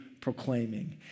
proclaiming